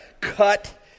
cut